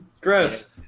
Gross